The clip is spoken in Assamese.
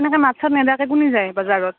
এনেকে মাত চাত নেদাকৈ কোনে যায় বাজাৰত